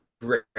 great